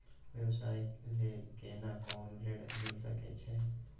व्यवसाय ले केना कोन ऋन मिल सके छै?